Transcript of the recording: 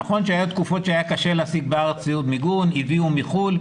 נכון שהיו תקופות שהיה קשה להשיג בארץ ציוד מיגון אבל הביאו מחוץ לארץ.